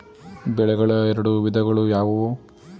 ಬೆಳೆಗಳ ಎರಡು ವಿಧಗಳು ಯಾವುವು?